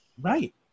Right